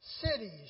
cities